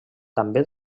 també